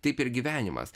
taip ir gyvenimas